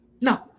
No